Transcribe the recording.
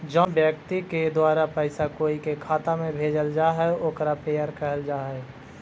जउन व्यक्ति के द्वारा पैसा कोई के खाता में भेजल जा हइ ओकरा पेयर कहल जा हइ